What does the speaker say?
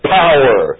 power